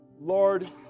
Lord